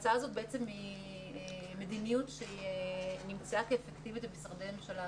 ההצעה הזאת היא מדיניות שנמצאה אפקטיבית במשרדי ממשלה אחרים.